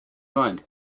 mind